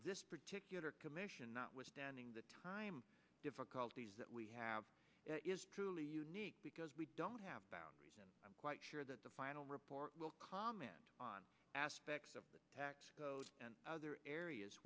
this particular commission notwithstanding the time difficulties that we have is truly unique because we don't have boundaries and i'm quite sure that the final report will comment on aspects of the tax code and other areas